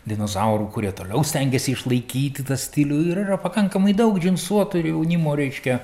dinozaurų kurie toliau stengiasi išlaikyti tą stilių ir yra pakankamai daug džinsuotų ir jaunimo reiškia